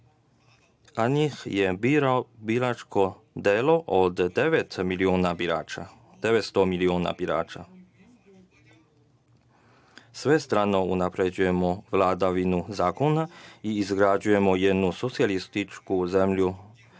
a njih je biralo biračko telo od devetsto miliona birača. Svestrano unapređujemo vladavinu zakona i izgrađujemo jednu socijalističku zemlju